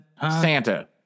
Santa